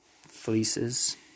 Fleeces